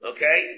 Okay